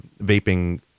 Vaping